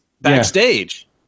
backstage